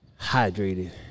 hydrated